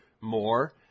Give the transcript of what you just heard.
more